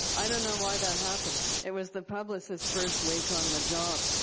i don't know why that happened. it was the publicist's first week on the job.